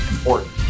important